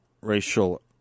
racial